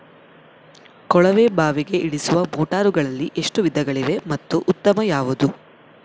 ಕೊಳವೆ ಬಾವಿಗೆ ಇಳಿಸುವ ಮೋಟಾರುಗಳಲ್ಲಿ ಎಷ್ಟು ವಿಧಗಳಿವೆ ಮತ್ತು ಉತ್ತಮ ಯಾವುದು?